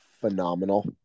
phenomenal